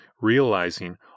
realizing